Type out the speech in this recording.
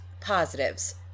positives